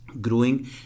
growing